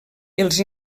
els